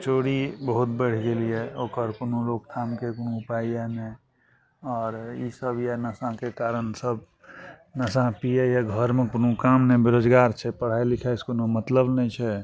चोरी बहुत बढ़ि गेल यऽ ओकर कोनो रोकथामके कोनो उपाये नहि आओर ईसब नशाके कारण सब नशा पीयइए घरमे कोनो काम नहि बेरोजगार छै पढ़ाइ लिखाइसँ कोनो मतलब नहि छै